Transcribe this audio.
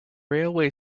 railway